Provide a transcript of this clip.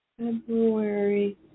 february